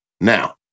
Now